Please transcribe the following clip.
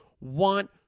want